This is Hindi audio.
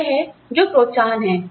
तो यह है जो प्रोत्साहन हैं